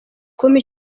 kumpa